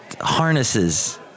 harnesses